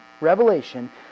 revelation